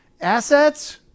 Assets